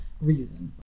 reason